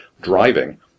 driving